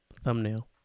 thumbnail